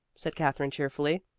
said katherine cheerfully.